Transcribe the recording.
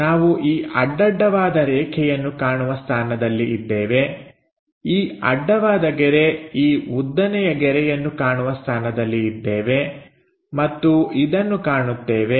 ನಾವು ಈ ಅಡ್ಡಡ್ಡವಾದ ರೇಖೆಯನ್ನು ಕಾಣುವ ಸ್ಥಾನದಲ್ಲಿ ಇದ್ದೇವೆ ಈ ಅಡ್ಡವಾದ ಗೆರೆ ಈ ಉದ್ದನೆಯ ಗೆರೆಯನ್ನು ಕಾಣುವ ಸ್ಥಾನದಲ್ಲಿ ಇದ್ದೇವೆ ಮತ್ತು ಇದನ್ನು ಕಾಣುತ್ತೇವೆ